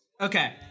Okay